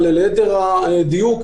אבל ליתר דיוק,